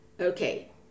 Okay